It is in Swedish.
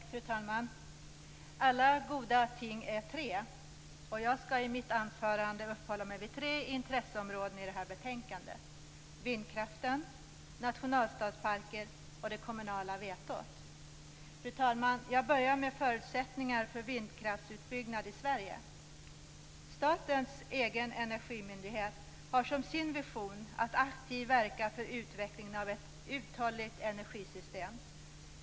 Fru talman! Alla goda ting är tre. Jag skall i mitt anförande uppehålla mig vid tre intresseområden i det här betänkandet, nämligen vindkraften, nationalstadsparker och det kommunala vetot. Fru talman! Jag börjar med förutsättningarna för utbyggnaden av vindkraften i Sverige. Statens egen energimyndighet har som sin vision att aktivt verka för utvecklingen av ett uthålligt energisystem.